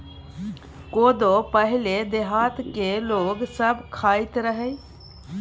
कोदो पहिले देहात केर लोक सब खाइत रहय